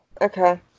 Okay